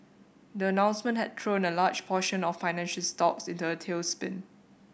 the announcement had thrown a large portion of financial stocks into a tailspin